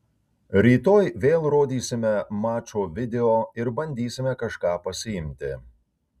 rytoj vėl rodysime mačo video ir bandysime kažką pasiimti